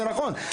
זה נכון,